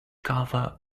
cover